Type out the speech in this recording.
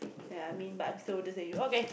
yeah I mean but I'm still older than you okay